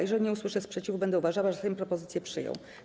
Jeżeli nie usłyszę sprzeciwu, będę uważała, że Sejm propozycję przyjął.